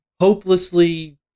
hopelessly